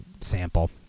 sample